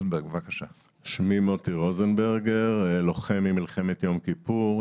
שמי מוטי רוזנברגר, לוחם ממלחמת יום כיפור.